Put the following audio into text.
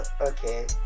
okay